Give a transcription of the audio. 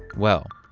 well,